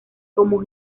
como